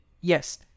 yes